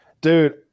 Dude